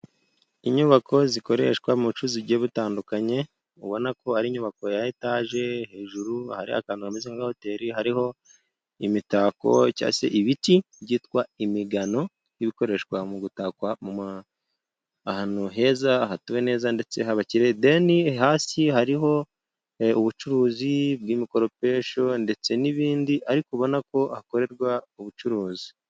Inyubako zikoreshwa mu bucuruzi, bugiye butandukanye, ubona ko ari inyubako ya etaje. Hejuru hari akantu kameze nka hoteli, hariho imitako cyangwa se ibiti byitwa imigano, y'ibikoreshwa mu gutaka ahantu heza hatuwe neza ndetse habakire, deni, hasi hariho ubucuruzi bw'imikoropesho ndetse n'ibindi ariko ubona ko hakorerwa ubucuruzi.